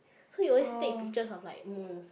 so he always take pictures of like moons